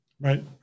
Right